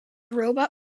robot